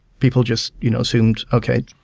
people just you know assumed, okay,